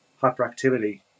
hyperactivity